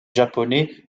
japonais